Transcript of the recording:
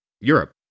europe